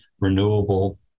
renewable